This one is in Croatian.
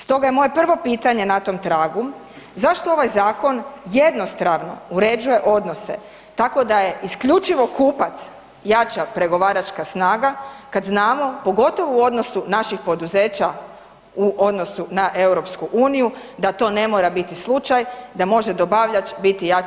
Stoga je moja prvo pitanje na tom tragu, zašto ovaj zakon .../nerazumljivo/... uređuje odnose tako da je isključivo kupac jača pregovaračka snaga kad znamo, pogotovo u odnosu naših poduzeća u odnosu na EU da to ne mora biti slučaj, da može dobavljač biti jači od kupca.